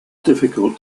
difficult